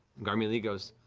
garmelie goes,